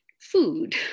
food